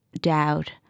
doubt